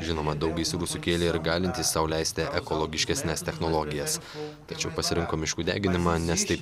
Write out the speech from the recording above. žinoma daug gaisrų sukėlė ir galintys sau leisti ekologiškesnes technologijas tačiau pasirinko miškų deginimą nes taip